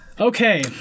Okay